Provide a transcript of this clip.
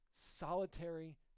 solitary